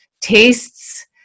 tastes